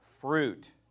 fruit